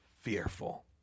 fearful